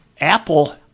Apple